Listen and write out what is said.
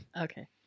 Okay